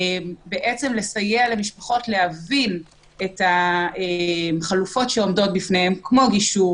לסייע למשפחות להבין את החלופות שעומדות בפניהם כמו גישור,